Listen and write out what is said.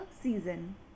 season